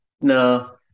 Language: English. No